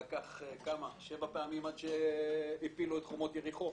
לקח שבע פעמים עד שהפילו את חומות יריחו.